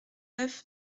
neuf